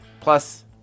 plus